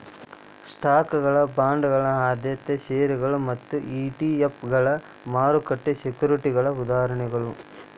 ಸ್ಟಾಕ್ಗಳ ಬಾಂಡ್ಗಳ ಆದ್ಯತೆಯ ಷೇರುಗಳ ಮತ್ತ ಇ.ಟಿ.ಎಫ್ಗಳ ಮಾರುಕಟ್ಟೆ ಸೆಕ್ಯುರಿಟಿಗಳ ಉದಾಹರಣೆಗಳ